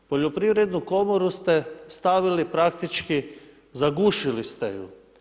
Poljoprivrednu komoru ste stavili praktički, zagušili ste ju.